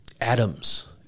Atoms